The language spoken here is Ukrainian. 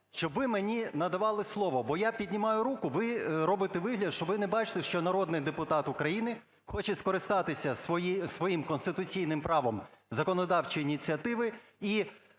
щоб ви мені надавали слово. Бо я піднімаю руку, ви робите вигляд, що ви не бачите, що народний депутат України хоче скористатися своїм конституційним правом законодавчої ініціативи і